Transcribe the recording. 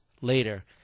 later